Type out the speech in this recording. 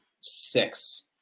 six